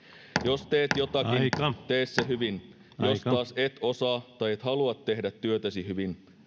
jos teet jotakin tee se hyvin jos taas et osaa tai et halua tehdä työtäsi hyvin